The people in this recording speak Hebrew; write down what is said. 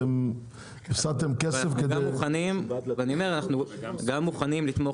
הפסדתם כסף כדי- -- אנחנו גם מוכנים לתמוך